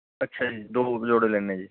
ਅੱਛਾ ਜੀ ਦੋ ਜੋੜੇ ਲੈਂਦੇ ਜੇ